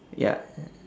ya